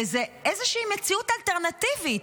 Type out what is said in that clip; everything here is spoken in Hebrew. וזו איזושהי מציאות אלטרנטיבית.